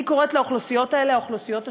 אני קוראת לאוכלוסיות האלה "האוכלוסיות השקטות".